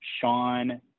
Sean